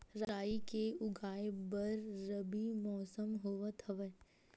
राई के उगाए बर रबी मौसम होवत हवय?